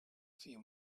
few